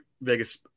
Vegas